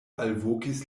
alvokis